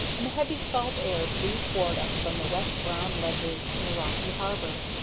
and the heavy salt air blew toward us from the wet brown ledges in the rocky harbor.